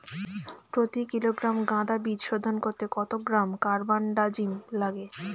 প্রতি কিলোগ্রাম গাঁদা বীজ শোধন করতে কত গ্রাম কারবানডাজিম লাগে?